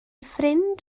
ffrind